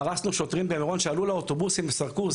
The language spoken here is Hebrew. פרסנו שוטרים במירון שעלו לאוטובוסים וסרקו,